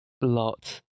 lot